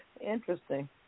interesting